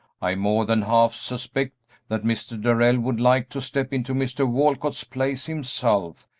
i more than half suspect that mr. darrell would like to step into mr. walcott's place himself,